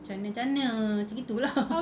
macam mana macam mana macam gitu lah